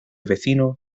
vecino